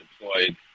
deployed